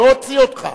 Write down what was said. לא אוציא אותך.